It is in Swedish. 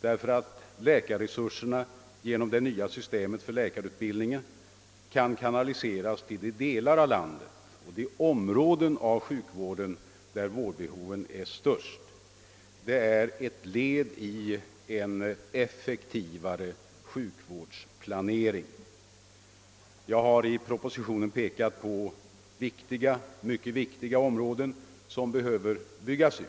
därför att läkarresurserna genom det nya systemet för läkarutbildning kan kanaliseras till de delar av landet och de områden av sjukvården där vårdbehoven är störst — det är ett led i en effektivare sjukvårdsplanering. Jag har i propositionen pekat på mycket viktiga områden som behöver byggas ut.